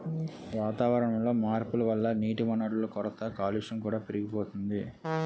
వాతావరణంలో మార్పుల వల్ల నీటివనరుల కొరత, కాలుష్యం కూడా పెరిగిపోతోంది